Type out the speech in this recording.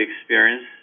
experience